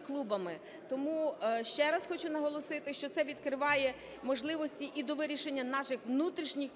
клубами. Тому ще раз хочу наголосити, що це відкриває можливості і до вирішення наших внутрішніх